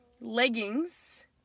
leggings